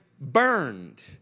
burned